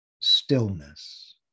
stillness